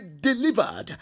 delivered